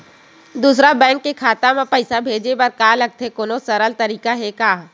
दूसरा बैंक के खाता मा पईसा भेजे बर का लगथे कोनो सरल तरीका हे का?